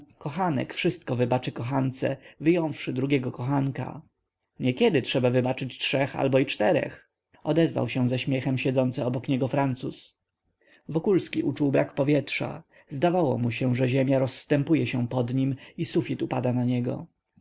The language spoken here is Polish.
kochanek wszystko wybaczy kochance wyjąwszy drugiego kochanka niekiedy trzeba wybaczyć trzech albo i czterech odezwał się ze śmiechem siedzący obok niego francuz wokulski uczuł brak powietrza zdawało mu się że ziemia rozstępuje się pod nim i sufit upada na niego